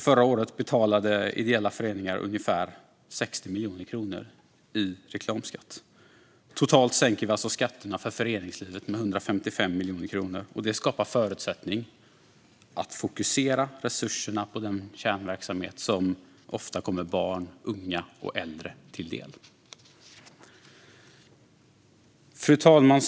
Förra året betalade ideella föreningar ungefär 60 miljoner kronor i reklamskatt. Totalt sänker vi alltså skatterna för föreningslivet med 155 miljoner kronor. Det skapar förutsättningar för att fokusera resurserna på den kärnverksamhet som ofta kommer barn, unga och äldre till del. Fru talman!